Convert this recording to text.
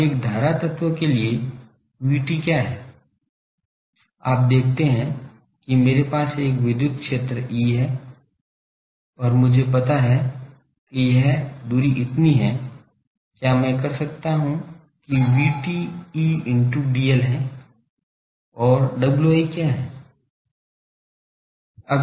अब एक धारा तत्व के लिए VT क्या है आप देखते हैं कि मेरे पास एक विद्युत क्षेत्र E है और मुझे पता है कि यह दूरी इतनी है क्या मैं कह सकता हूं कि VT E into dl है और Wi क्या है